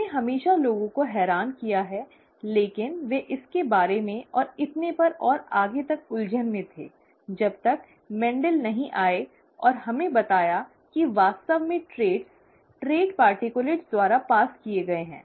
इसने हमेशा लोगों को हैरान किया है लेकिन वे इसके बारे में और इतने पर और आगे तक उलझन में थे जब तक मेंडल नहीं आया और हमें बताया कि वास्तव में लक्षण ट्रेट पर्टिक्यलट द्वारा पारित किए गए हैं